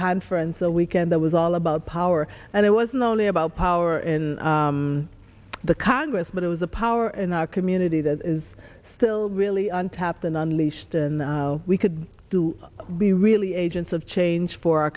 conference a weekend that was all about power and it wasn't only about power in the congress but it was a power in our community that is still really untapped unleashed and we could do be really agents of change for our